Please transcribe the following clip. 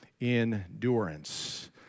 endurance